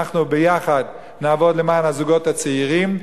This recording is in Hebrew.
אנחנו ביחד נעבוד למען הזוגות הצעירים,